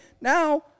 Now